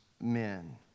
men